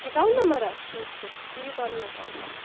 account number ہا ٹھیٖک چھُ دِیو پَنُن ایکاوُنٛٹ نمبر